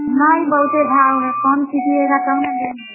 नव बहुते भाव हो रहा कम कीजिएगा तब न लेंगे